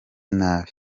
nabi